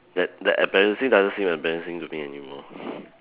that that embarrassing doesn't seem embarrassing to me anymore